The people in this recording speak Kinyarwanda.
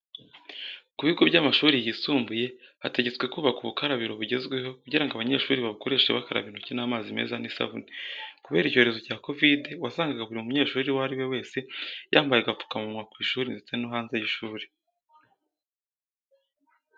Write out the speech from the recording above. Ku bigo by'amashuri yisumbuye bategetswe kubaka ubukarabiro bugezweho kugira ngo abanyeshuri babukoreshe bakaraba intoki n'amazi meza n'isabune. Kubera icyorezo cya Covid wasangaga buri munyeshuri uwo ari we wese yambaye agapfukamunwa ku ishuri ndetse no hanze y'ishuri.